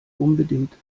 unbedingt